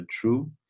true